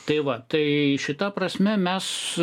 tai va tai šita prasme mes